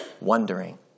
wondering